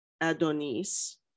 adonis